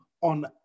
on